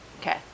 Okay